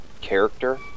character